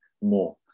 more